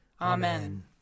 Amen